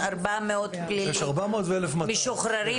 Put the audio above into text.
יש 400 פליליים משוחררים